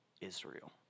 Israel